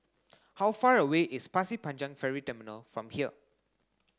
how far away is Pasir Panjang Ferry Terminal from here